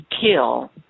kill